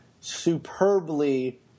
superbly